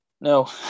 No